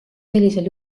sellisel